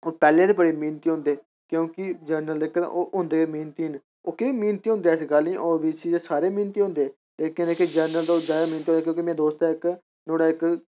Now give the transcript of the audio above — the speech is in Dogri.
ओह् पैह्ले दे बड़े मेह्नती होंदे क्योंकि जनरल लेकिन ओह् होंदे मेह्नती ओह् की मेह्नती होंदे गल्ल ई ओ बी सी सारे मेहनती होंदे लेकिन इक जनरल जादा मेह्नती होंदे क्योंकि मेरा दोस्त ऐ इक नुहाड़ा इक